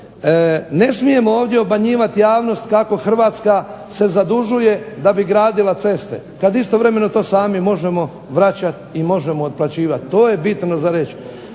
ne smijemo ovdje obmanjivati javnost kako Hrvatska se zadužuje da bi gradila ceste kad istovremeno to sami možemo vraćati i možemo otplaćivati. To je bitno za reći.